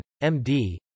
MD